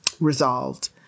resolved